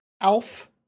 ALF